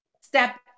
step